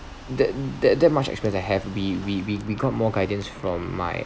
that that that much experience I have we we we we got more guidance from my